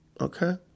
Okay